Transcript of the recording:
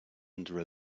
under